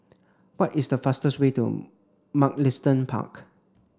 what is the fastest way to Mugliston Park